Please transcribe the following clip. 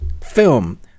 film